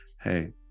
hey